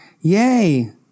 Yay